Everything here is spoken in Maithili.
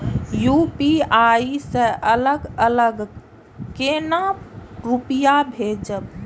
यू.पी.आई से अलग अलग केना रुपया भेजब